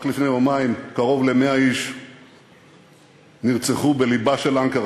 רק לפני יומיים קרוב ל-100 איש נרצחו בלבה של אנקרה,